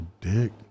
dick